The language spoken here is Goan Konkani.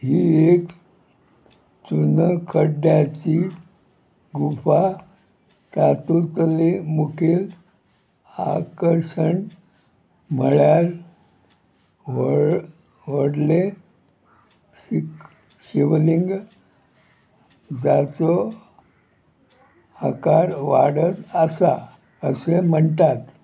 ही एक चुन खड्ड्याची गुफा तातुंतलें मुखेल आकर्शण म्हळ्यार व्हड व्हडलें शीक शिवलिंग जाचो आकार वाडत आसा अशें म्हणटात